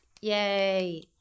Yay